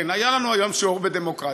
כן, היה לנו היום שיעור בדמוקרטיה.